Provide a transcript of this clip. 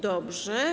Dobrze.